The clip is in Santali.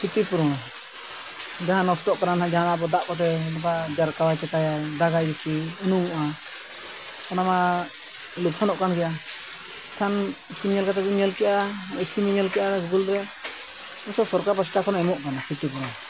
ᱠᱷᱚᱛᱤ ᱯᱩᱨᱚᱱ ᱡᱟᱦᱟᱸ ᱱᱚᱥᱴᱚᱜ ᱠᱟᱱᱟ ᱚᱱᱟ ᱡᱟᱦᱟᱸ ᱚᱱᱟ ᱟᱵᱚ ᱫᱟᱜ ᱠᱚᱛᱮ ᱵᱟ ᱡᱟᱨᱠᱟᱣᱟᱭ ᱪᱟᱠᱟᱭᱟᱭ ᱫᱟᱜᱟᱭ ᱡᱟᱹᱥᱛᱤ ᱩᱱᱩᱢᱚᱜᱼᱟ ᱚᱱᱟ ᱢᱟ ᱞᱚᱯᱠᱷᱚᱱᱚᱜ ᱠᱟᱱ ᱜᱮᱭᱟ ᱮᱱᱠᱷᱟᱱ ᱧᱮᱞ ᱠᱟᱛᱮᱫ ᱵᱚᱱ ᱧᱮᱞ ᱠᱮᱫᱼᱟ ᱤᱧ ᱧᱮᱞ ᱠᱮᱫᱼᱟ ᱨᱮ ᱥᱚᱨᱠᱟᱨ ᱯᱟᱦᱴᱟ ᱠᱷᱚᱱᱮ ᱮᱢᱚᱜ ᱠᱟᱱᱟ ᱠᱷᱚᱛᱤ ᱯᱩᱨᱚᱱ